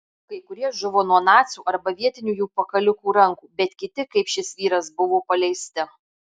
kai kurie žuvo nuo nacių arba vietinių jų pakalikų rankų bet kiti kaip šis vyras buvo paleisti